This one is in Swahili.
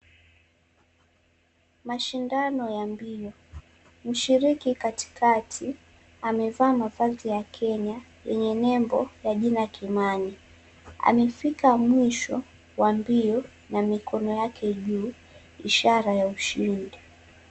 Mashindano ya mbio mshiriki katikati amevaa mavazi ya Kenya yenye nembo ya jina Kimani amefika mwisho wa mbio na mikono yake juu ishara ya ushindi.